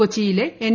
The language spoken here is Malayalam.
കൊച്ചിയിലെ എൻ